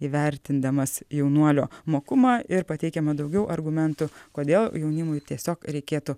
įvertindamas jaunuolio mokumą ir pateikiama daugiau argumentų kodėl jaunimui tiesiog reikėtų